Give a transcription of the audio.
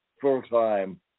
full-time